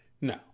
No